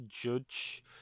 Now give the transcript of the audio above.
judge